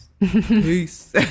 Peace